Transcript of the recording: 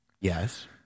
Yes